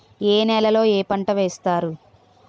ఏ నేలలో ఏ పంట వేస్తారు?